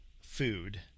food